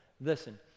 Listen